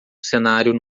cenário